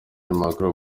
macron